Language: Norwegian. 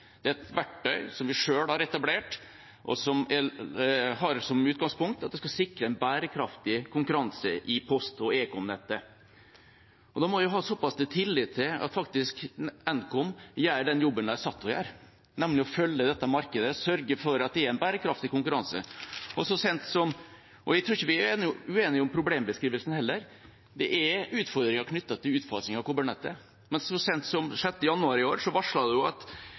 Det er et verktøy som vi selv har etablert, og som har som utgangspunkt at det skal sikre en bærekraftig konkurranse i post- og ekomnettet. Da må vi ha tillit til at Nkom faktisk gjør den jobben de er satt til å gjøre, nemlig å følge dette markedet og sørge for at det er en bærekraftig konkurranse. Jeg tror heller ikke vi er uenige om problembeskrivelsen: Det er utfordringer knyttet til utfasing av kobbernettet. Men så sent som 6. januar i år ble det varslet at